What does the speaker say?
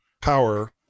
power